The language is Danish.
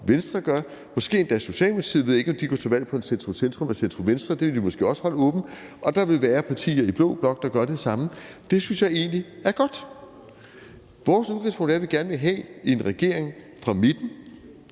Venstre gør, og måske gør endda også Socialdemokratiet det – jeg ved ikke, om de går til valg på en centrum-centrum- eller en centrum-venstre-regering; det vil de måske også holde åbent – og der vil være partier i blå blok, der gør det samme. Det synes jeg egentlig er godt. Vores udgangspunkt er, at vi gerne vil have en regering fra midten,